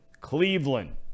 Cleveland